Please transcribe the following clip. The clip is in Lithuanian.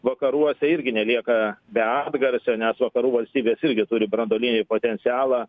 vakaruose irgi nelieka be atgarsio nes vakarų valstybės irgi turi branduolinį potencialą